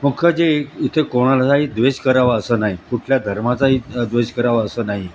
मुख्य जे इथे कोणालाही द्वेष करावा असं नाही कुठल्या धर्माचाही द्वेष करावा असं नाही